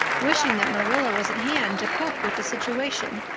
wishing that marilla was at hand to cope with the situation.